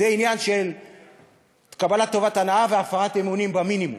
זה עניין של קבלת טובות הנאה והפרת אמונים במינימום,